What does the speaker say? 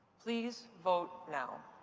please vote now.